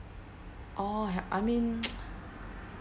orh I mean